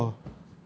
so what is this for